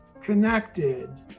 connected